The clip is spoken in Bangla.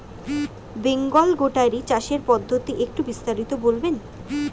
বেঙ্গল গোটারি চাষের পদ্ধতি একটু বিস্তারিত বলবেন?